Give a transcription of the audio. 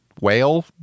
whale